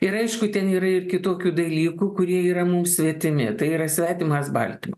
ir aišku ten yra ir kitokių dalykų kurie yra mums svetimi tai yra svetimas baltyma